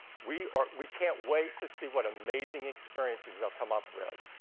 we are we can't wait to see what amazing experiences they'll come up with.